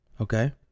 Okay